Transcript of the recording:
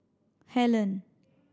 Helen